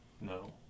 No